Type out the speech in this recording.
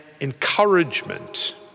encouragement